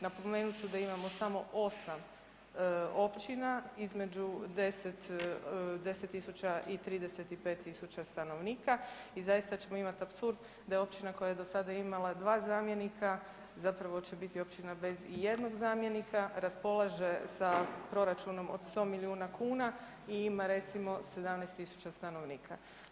Napomenut ću da imamo samo 8 općina između 10 tisuća i 35 tisuća stanovnika i zaista ćemo imati apsurd da je općina koja je do sada imala 2 zamjenika zapravo će biti općina bez i jednog zamjenika raspolaže sa proračunom od 100 milijuna kuna i ima recimo 17 tisuća stanovnika.